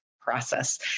process